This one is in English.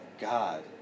God